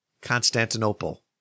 Constantinople